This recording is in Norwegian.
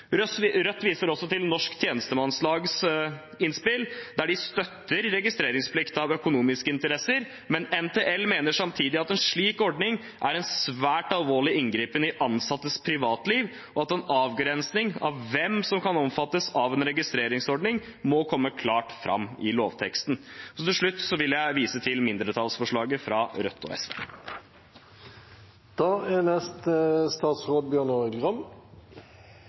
Rødt viser også til Norsk Tjenestemannslags innspill, der de støtter registreringsplikt av økonomiske interesser, men samtidig mener at en slik ordning er en svært alvorlig inngripen i ansattes privatliv, og at en avgrensning av hvem som kan omfattes av en registreringsordning, må komme klart fram i lovteksten. Til slutt vil jeg vise til mindretallsforslaget fra Rødt og SV. Det er